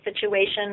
situation